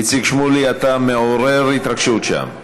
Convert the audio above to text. איציק שמולי, אתה מעורר התרגשות שם.